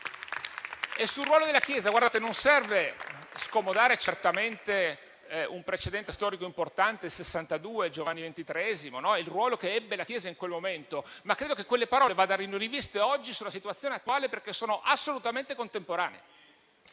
Sul ruolo della Chiesa non serve scomodare certamente un precedente storico importante come quello del 1962, con Giovanni XXIII, con il ruolo che ebbe la Chiesa in quel momento, ma credo che quelle parole vadano riviste oggi, nella situazione attuale, perché sono assolutamente contemporanee.